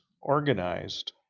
organized